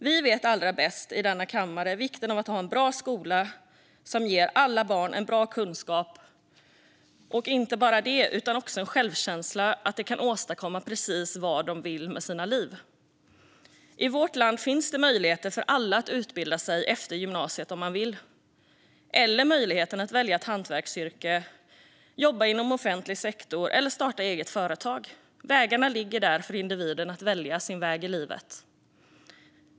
Vi vet allra bäst i denna kammare vikten av att ha en bra skola som ger alla barn bra kunskap och inte bara det utan också en självkänsla, att de kan åstadkomma precis vad de vill med sina liv. I vårt land finns det möjligheter för alla att utbilda sig efter gymnasiet om man vill, eller möjlighet att välja ett hantverksyrke, jobba inom offentlig sektor eller starta eget företag. Individen kan välja sin väg i livet.